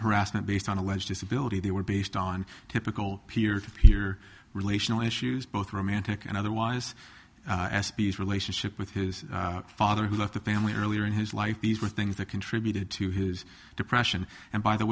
harassment based on alleged disability they were based on typical peer to peer relational issues both romantic and otherwise s p s relationship with his father who left the family earlier in his life these were things that contributed to his depression and by the